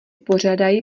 pořádají